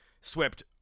swept